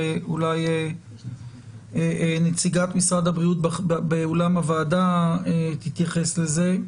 ואולי נציגת משרד הבריאות באולם הוועדה תתייחס לזה.